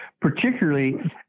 particularly